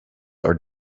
are